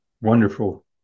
wonderful